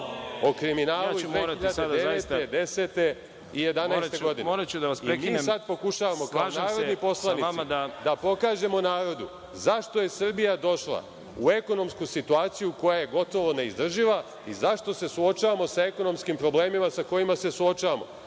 prekinem. **Aleksandar Martinović** Mi sada pokušavamo kao narodni poslanici da pokažemo narodu zašto je Srbija došla u ekonomsku situaciju koja je gotovo neizdrživa i zašto se suočavamo sa ekonomskim problemima sa kojima se suočavamo.